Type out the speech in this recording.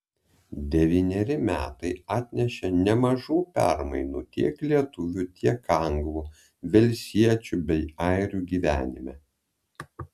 devyneri metai atnešė nemažų permainų tiek lietuvių tiek anglų velsiečių bei airių gyvenime